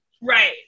right